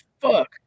fuck